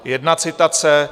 Jedna citace.